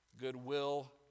goodwill